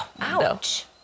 ouch